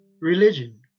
religion